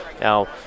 Now